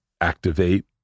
activate